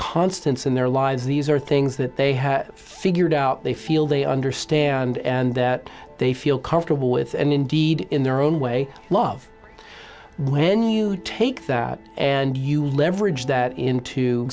constants in their lives these are things that they have figured out they feel they understand and that they feel comfortable with and indeed in their own way love when you take that and you leverage that into